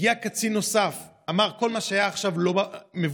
הגיע קצין נוסף ואמר: כל מה שהיה עכשיו מבוטל,